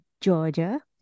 Georgia